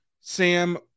Sam